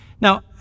Now